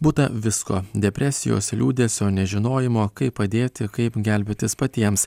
būta visko depresijos liūdesio nežinojimo kaip padėti kaip gelbėtis patiems